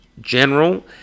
general